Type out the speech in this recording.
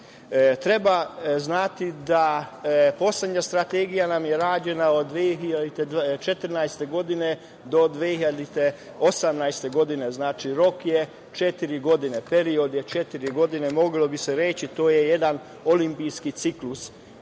Treba znati da nam je poslednja strategija rađena od 2014. do 2018. godine. Znači, rok je četiri godine, period je četiri godine, moglo bi se reći – to je jedan olimpijski ciklus,